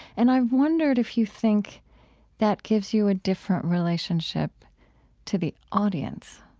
and i wondered if you think that gives you a different relationship to the audience